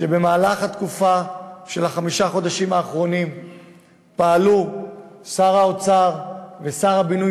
שבמהלך חמשת החודשים האחרונים פעלו שר האוצר ושר הבינוי